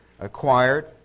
acquired